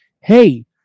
hey